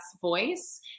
voice